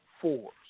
Four